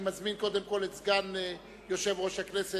אני קודם כול מזמין את סגן יושב-ראש הכנסת,